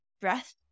breath